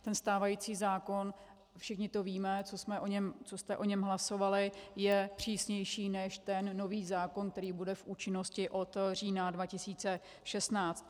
Ten stávající zákon, všichni to víme, co jste o něm hlasovali, je přísnější než ten nový zákon, který bude v účinnosti od října 2016.